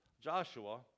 Joshua